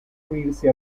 unirse